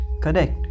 correct